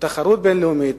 תחרות בין-לאומית,